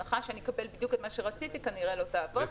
ההנחה שאקבל בדיוק את מה שרציתי כנראה לא תעבור,